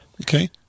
Okay